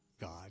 God